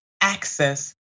access